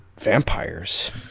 vampires